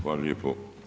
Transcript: Hvala lijepo.